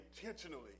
intentionally